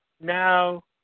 now